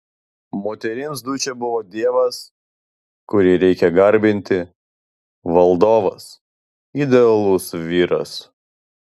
moterims dučė buvo dievas kurį reikia garbinti valdovas idealus vyras